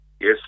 Yes